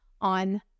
on